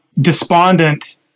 despondent